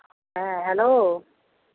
ᱦᱮᱸ ᱦᱮᱞᱳ